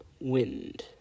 Wind